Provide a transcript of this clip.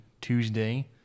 Tuesday